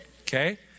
Okay